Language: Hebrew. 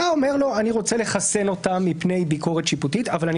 אתה אומר שאתה רוצה לחסל אותה מפני ביקורת שיפוטית אבל אני